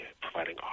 providing